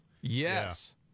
Yes